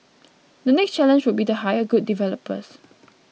the next challenge would be to hire good developers